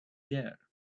there